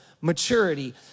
maturity